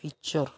picture